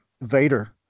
Vader